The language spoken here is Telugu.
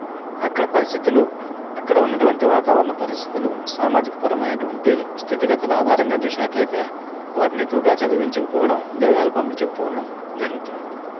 అక్కడ పరిస్థితులు అక్కడ ఉన్నటువంటి వాతావరణ పరిస్థితులు సామాజికపరమైన అటువంటి స్థితిగతుల ఆధారంగా చూసినట్లు అయితే వారిని ఎక్కువగా చదివించకపోవడం ఉద్యోగాలు పంపించకపోవడం జరుగుతూ ఉంటుంది